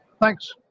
Thanks